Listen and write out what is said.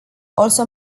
also